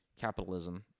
capitalism